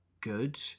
good